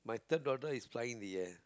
my third daughter is flying in the air